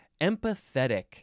empathetic